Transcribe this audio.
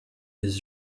his